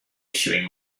issuing